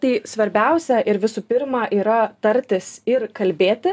tai svarbiausia ir visų pirma yra tartis ir kalbėti